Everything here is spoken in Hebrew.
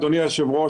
אדוני היושב ראש,